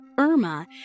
Irma